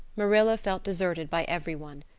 marilla felt deserted by everyone.